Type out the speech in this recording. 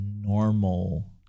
normal